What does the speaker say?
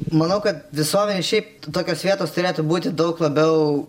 manau kad visuomenė šiaip tokios vietos turėtų būti daug labiau